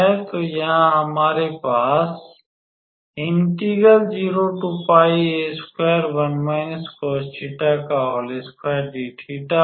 तो यहाँ हमारे पास होगा